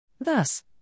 Thus